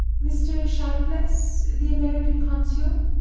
mr. sharpless the american consul?